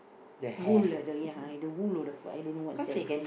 the wool ah ya the wool or the fur I don't know what's that